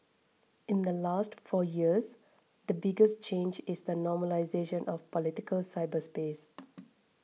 in the last four years the biggest change is the normalisation of political cyberspace